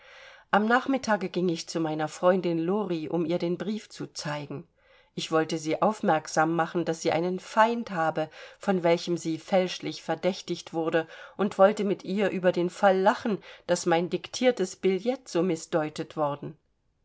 am nachmittage ging ich zu meiner freundin lori um ihr den brief zu zeigen ich wollte sie aufmerksam machen daß sie einen feind habe von welchem sie fälschlich verdächtigt wurde und wollte mit ihr über den fall lachen daß mein diktiertes billet so mißdeutet worden